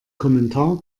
kommentar